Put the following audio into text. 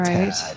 Right